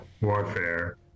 warfare